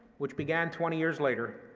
which began twenty years later,